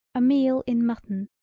a meal in mutton,